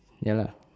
ya lah